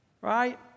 Right